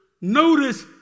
notice